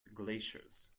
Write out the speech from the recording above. glaciers